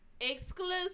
exclusive